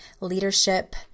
leadership